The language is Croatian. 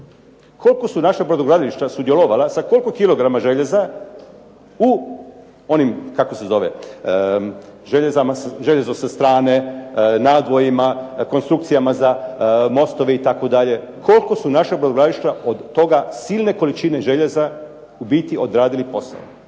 Koliko su naša brodogradilišta sudjelovala, sa koliko kg željeza u onim kako se zovu, željezo sa strane, nadvojima, konstrukcijama za mostove itd.? Koliko su naša brodogradilišta od toga silne količine željeza u biti odradili posao?